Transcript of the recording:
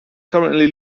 currently